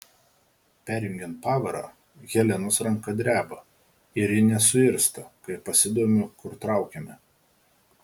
perjungiant pavarą helenos ranka dreba ir ji nesuirzta kai pasidomiu kur traukiame